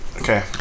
Okay